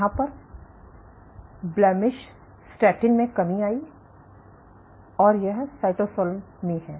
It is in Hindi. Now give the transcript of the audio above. यहाँ पर ब्लेमिश स्टैटिन में कमी आई और यह साइटोसोल में है